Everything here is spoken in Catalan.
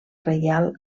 reial